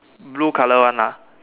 blue colour one ah